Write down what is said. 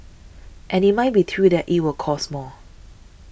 and it might be true that it will cost more